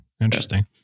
Interesting